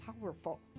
powerful